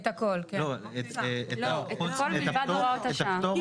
את הכל מלבד הוראות השעה.